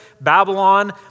Babylon